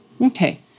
Okay